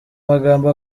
magambo